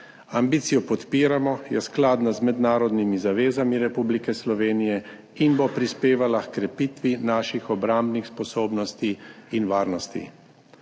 Ambicijo podpiramo, je skladna z mednarodnimi zavezami Republike Slovenije in bo prispevala h krepitvi naših obrambnih sposobnosti in varnosti.